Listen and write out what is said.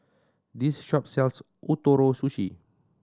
this shop sells Ootoro Sushi